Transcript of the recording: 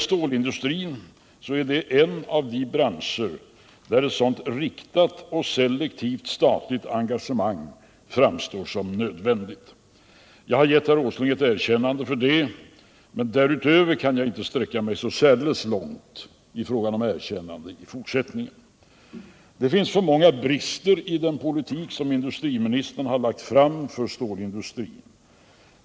Stålindustrin är en av de branscher där sådant riktat och selektivt statligt arrangemang framstår som nödvändigt. Jag har gett herr Åsling ett erkännande för det, men därutöver kan jag inte sträcka mig så särdeles långt i fråga om erkännanden i fortsättningen. Det finns för många brister i den politik som industriministern har lagt fram för stålindustrin.